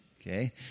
okay